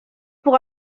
pour